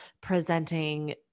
presenting